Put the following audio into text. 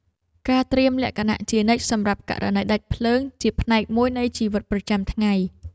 ការត្រៀមលក្ខណៈជានិច្ចសម្រាប់ករណីដាច់ភ្លើង ជាផ្នែកមួយនៃជីវិតប្រចាំថ្ងៃ។